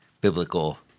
biblical